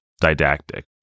didactic